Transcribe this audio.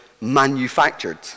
manufactured